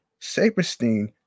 Saperstein